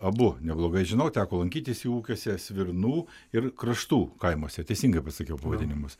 abu neblogai žinau teko lankytis jų ūkiuose svirnų ir kraštų kaimuose teisingai pasakiau pavadinimus